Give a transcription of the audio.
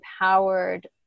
empowered